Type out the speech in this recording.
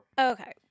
Okay